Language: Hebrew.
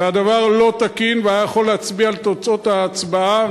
והדבר לא תקין והיה יכול להשפיע על תוצאות ההצבעה.